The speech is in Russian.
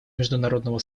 международного